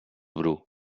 bru